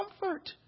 comfort